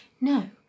No